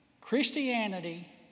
Christianity